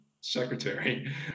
secretary